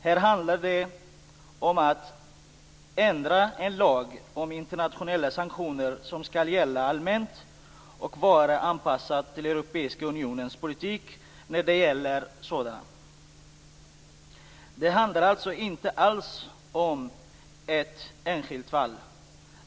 Här handlar det om att ändra en lag om internationella sanktioner som skall gälla allmänt och vara anpassad till den europeiska unionens politik när det gäller sådana. Det handlar alltså inte alls om ett enskilt fall.